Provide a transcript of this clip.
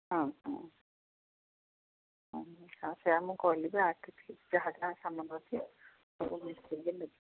ହଁ ହଁ ହଁ ସେୟା ମୁଁ କହିଲି ଯାହା ଯାହା ସମାନ ଅଛି